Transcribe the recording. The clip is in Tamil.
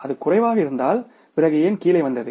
அது குறைவாக இருந்தால் பிறகு ஏன் கீழே வந்தது